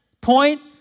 point